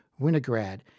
Winograd